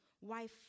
Wife